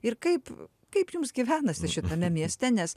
ir kaip kaip jums gyvenasi šitame mieste nes